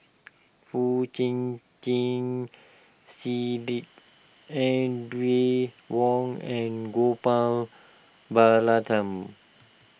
Foo Chee Keng Cedric Audrey Wong and Gopal Baratham